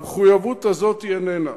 המחויבות הזאת איננה.